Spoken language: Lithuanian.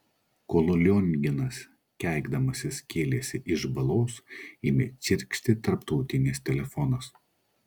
kol lionginas keikdamasis kėlėsi iš balos ėmė čirkšti tarptautinis telefonas